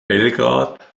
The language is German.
belgrad